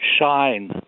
shine